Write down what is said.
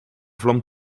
vlam